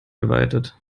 geweitet